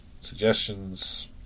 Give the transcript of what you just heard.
suggestions